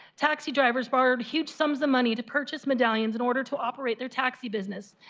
taxi drivers borrowed huge sums of money to purchase medallions in order to operate their taxi business.